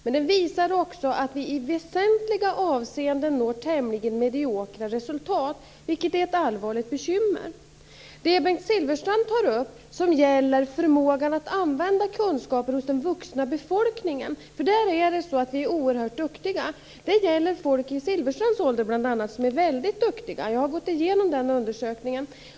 Men den visar också att vi i väsentliga avseenden når tämligen mediokra resultat, vilket är ett allvarligt bekymmer. Det som Bengt Silfverstrand tar upp och som gäller förmågan hos den vuxna befolkningen att använda kunskaper - där är vi oerhört duktiga - gäller människor bl.a. i Bengt Silfverstrands ålder som är väldigt duktiga. Jag har gått igenom den undersökningen.